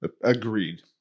Agreed